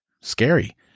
scary